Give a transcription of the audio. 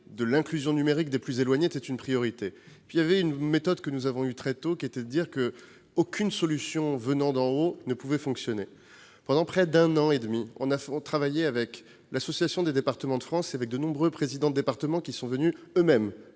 de l'inclusion numérique des plus éloignés est une priorité du Gouvernement. Une méthode que nous avons adoptée très tôt part du principe qu'aucune solution venant d'en haut ne peut fonctionner. Pendant près d'un an et demi, nous avons travaillé avec l'Assemblée des départements de France et avec de nombreux présidents de département, qui sont venus eux-mêmes